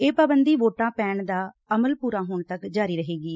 ਇਹ ਪਾਬੰਦੀ ਵੋਟਾਂ ਪੈਣ ਦਾ ਅਮਲ ਪੂਰਾ ਹੋਣ ਤੱਕ ਜਾਰੀ ਰਹੇਗੀ